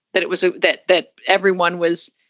that it was ah that that everyone was.